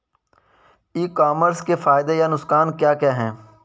ई commerce के फायदे या नुकसान क्या क्या हैं?